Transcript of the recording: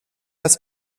das